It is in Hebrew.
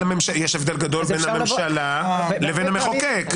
יש הבדל גדול בין הממשלה לבין המחוקק.